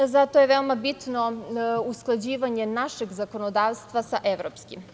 Zato je veoma bitno usklađivanje našeg zakonodavstva sa evropskim.